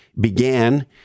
began